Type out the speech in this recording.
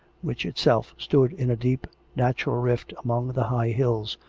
which itself stood in a deep, natural rift among the high hills,